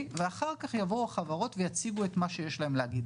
ואחר כך יבואו החברות ויציגו את מה שיש להם להגיד.